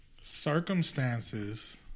Circumstances